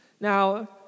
Now